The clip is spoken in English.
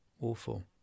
awful